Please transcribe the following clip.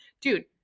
Dude